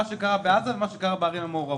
מה שקרה בעזה ומה שקרה בערים המעורבות.